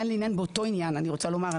באותו עניין אני רוצה לומר,